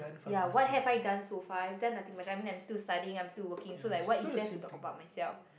yeah what have I done so far I have done nothing much I am still studying I mean I am still working so like what is there to talk about myself